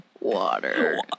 Water